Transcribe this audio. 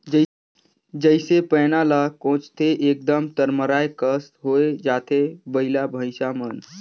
जइसे पैना ल कोचथे एकदम तरमराए कस होए जाथे बइला भइसा मन